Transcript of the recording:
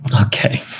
Okay